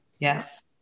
Yes